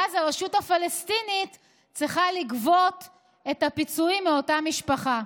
ואז הרשות הפלסטינית צריכה לגבות את הפיצויים מאותה משפחה.